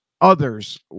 others